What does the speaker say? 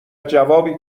جوابی